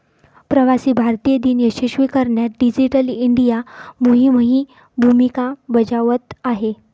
प्रवासी भारतीय दिन यशस्वी करण्यात डिजिटल इंडिया मोहीमही भूमिका बजावत आहे